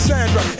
Sandra